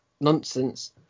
nonsense